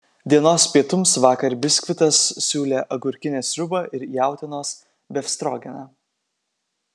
dienos pietums vakar biskvitas siūlė agurkinę sriubą ir jautienos befstrogeną